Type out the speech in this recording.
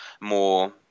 more